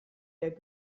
der